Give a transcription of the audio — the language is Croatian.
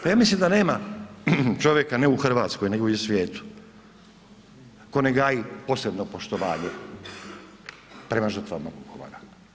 Pa ja mislim da nema čovjeka, ne u Hrvatskoj nego i u svijetu koji ne gaji posebno poštovanje prema žrtvama Vukovara.